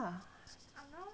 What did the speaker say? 你是